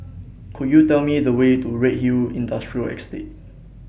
Could YOU Tell Me The Way to Redhill Industrial Estate